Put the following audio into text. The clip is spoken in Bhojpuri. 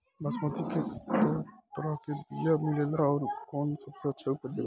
बासमती के कै तरह के बीया मिलेला आउर कौन सबसे अच्छा उपज देवेला?